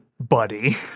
buddy